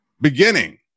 beginning